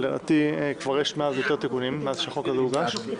אבל לדעתי כבר יש עוד תיקונים מאז שהחוק הזה הוגש.